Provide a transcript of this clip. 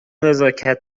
نزاکت